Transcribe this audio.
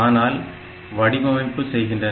ஆனால் வடிவமைப்பு செய்கின்றன